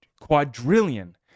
quadrillion